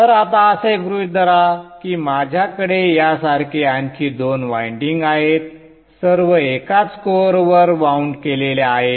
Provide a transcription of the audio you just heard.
तर आता असे गृहीत धरा की माझ्याकडे यासारखे आणखी दोन वायंडिंग आहेत सर्व एकाच कोअरवर वाऊंड केलेल्या आहेत